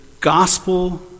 gospel